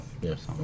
Yes